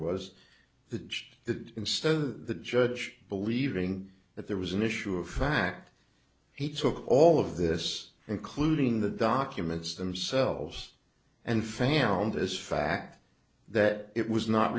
judge that instead of the judge believing that there was an issue of fact he took all of this including the documents themselves and families as fact that it was not